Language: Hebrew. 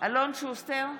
אלון שוסטר,